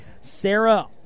Sarah